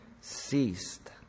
ceased